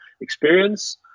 experience